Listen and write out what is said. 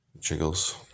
jiggles